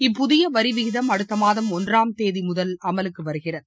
இப்புதியவரிவிகிதம் அடுத்தமாதம் ஒன்றாம் தேதிமுதல் அமலுக்குவருகிறது